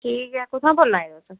ठीक ऐ कुत्थु'आं बोल्ला ने